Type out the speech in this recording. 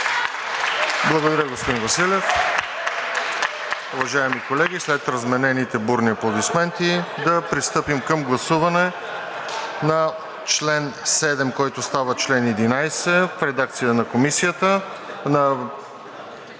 Благодаря, господин Василев.